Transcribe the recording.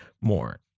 more